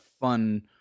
fun